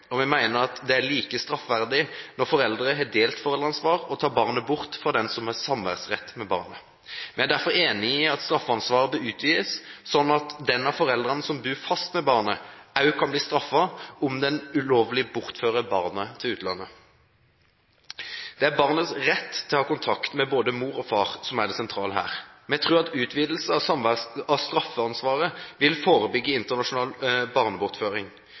og vi mener at det er like straffverdig når foreldre har delt foreldreansvar, å ta barnet bort fra den som har samværsrett med barnet. Vi er derfor enig i at straffansvaret bør utvides slik at den av foreldrene som bor fast med barnet, også kan bli straffet, om en ulovlig bortfører barnet til utlandet. Det er barnets rett til å ha kontakt med både mor og far som er det sentrale her. Vi tror at utvidelse av straffansvaret vil forebygge internasjonal barnebortføring.